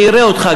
אני אראה אותך,